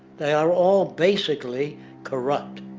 they are all basically corrupt.